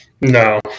No